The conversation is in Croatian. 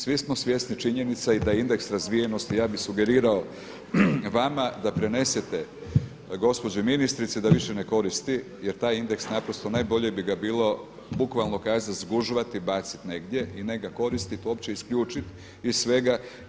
Svi smo svjesni činjenica i da je indeks razvijenosti, ja bih sugerirao vama da prenesete gospođi ministrici da više ne koristi, jer taj indeks naprosto najbolje bi ga bilo, bukvalno kazati zgužvati i baciti negdje i ne ga koristiti, uopće isključiti iz svega.